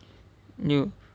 you